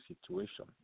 situation